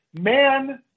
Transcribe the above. man